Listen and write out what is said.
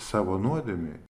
savo nuodėmei